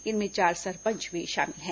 इनमें चार सरपंच भी शामिल हैं